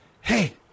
hey